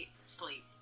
sleep